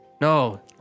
No